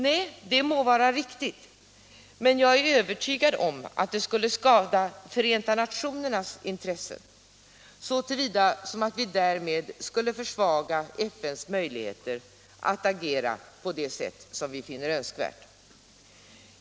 Det kan kanske vara riktigt, men jag är övertygad om att det skulle skada Förenta nationernas intressen, så till vida som vi därmed skulle försvaga FN:s möjligheter att agera på det sätt som vi finner önskvärt.